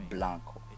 Blanco